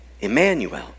Emmanuel